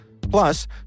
Plus